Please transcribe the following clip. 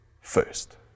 first